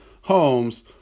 homes